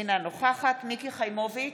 אינה נוכחת מיקי חיימוביץ'